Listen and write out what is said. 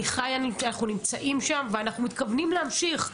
אנחנו נמצאים שם ואנחנו מתכוונים להמשיך,